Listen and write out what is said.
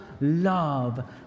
love